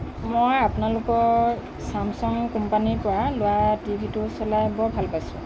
মই আপোনালোকৰ ছেমছাং কোম্পানীৰ পৰা লোৱা টিভিটো চলাই বৰ ভাল পাইছোঁ